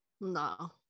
no